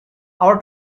our